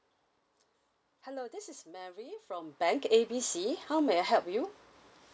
hello this is mary bank A B C how may I help you